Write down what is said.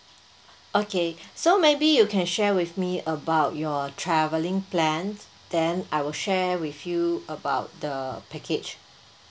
okay so maybe you can share with me about your travelling plans then I will share with you about the package